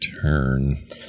turn